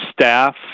staff